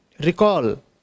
recall